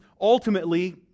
ultimately